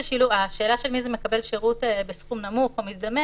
השאלה מי מקבל שירות בסכום נמוך ומי מקבל שירות מזדמן